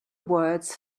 words